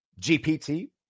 GPT